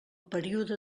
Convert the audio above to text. període